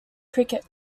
cricket